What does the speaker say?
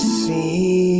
see